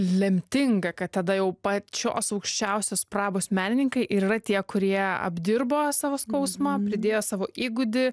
lemtinga kad tada jau pačios aukščiausios prabos menininkai ir yra tie kurie apdirbo savo skausmą pridėjo savo įgūdį